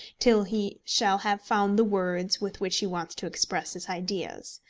till he shall have found the words with which he wants to express his ideas.